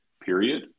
period